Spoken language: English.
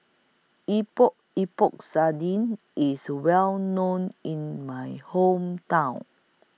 Epok Epok Sardin IS Well known in My Hometown